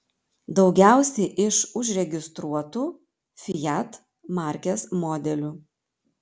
daugiausiai iš užregistruotų fiat markės modelių